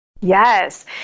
Yes